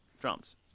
drums